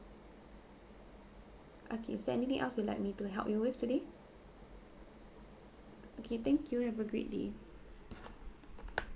okay so anything else you'd like me to help you with today okay thank you have a great day